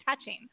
touching